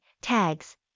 Tags